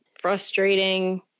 frustrating